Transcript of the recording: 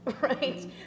right